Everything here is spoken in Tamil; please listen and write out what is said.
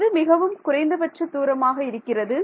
எது மிகவும் குறைந்தபட்ச தூரமாக இருக்கிறது